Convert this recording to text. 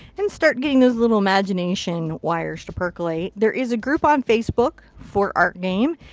and start getting those little imagination wires to percolate. there is a group on facebook for art game.